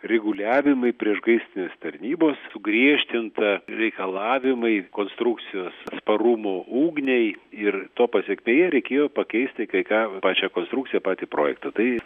reguliavimai priešgaisrinės tarnybos sugriežtinta reikalavimai konstrukcijos atsparumo ugniai ir to pasekmėje reikėjo pakeisti kai ką pačią konstrikciją patį projektą tai